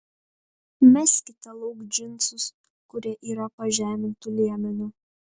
meskite lauk džinsus kurie yra pažemintu liemeniu